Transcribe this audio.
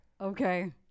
Okay